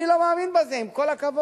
אני לא מאמין בזה, עם כל הכבוד.